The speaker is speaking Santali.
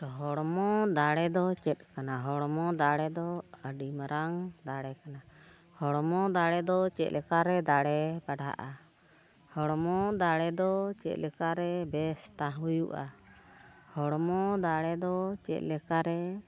ᱦᱚᱲᱢᱚ ᱫᱟᱲᱮ ᱫᱚ ᱪᱮᱫ ᱠᱟᱱᱟ ᱦᱚᱲᱢᱚ ᱫᱟᱲᱮ ᱫᱚ ᱟᱹᱰᱤ ᱢᱟᱨᱟᱝ ᱫᱟᱲᱮ ᱠᱟᱱᱟ ᱦᱚᱲᱢᱚ ᱫᱟᱲᱮ ᱫᱚ ᱪᱮᱫ ᱞᱮᱠᱟᱨᱮ ᱫᱟᱲᱮ ᱵᱟᱲᱦᱟᱜᱼᱟ ᱦᱚᱲᱢᱚ ᱫᱟᱲᱮ ᱫᱚ ᱪᱮᱫ ᱞᱮᱠᱟᱨᱮ ᱵᱮᱥ ᱦᱩᱭᱩᱜᱼᱟ ᱦᱚᱲᱢᱚ ᱫᱟᱲᱮ ᱫᱚ ᱪᱮᱫ ᱞᱮᱠᱟᱨᱮ